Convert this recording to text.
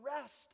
rest